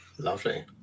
Lovely